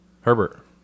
Herbert